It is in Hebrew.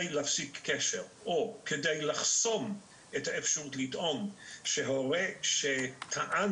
להפסיק קשר או כדי לחסום את האפשרות לטעון שהורה שטען